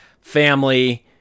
Family